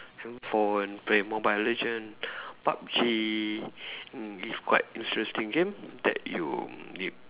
handphone play mobile legend PUB-G mm it's quite interesting game that you you